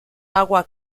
agua